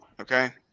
Okay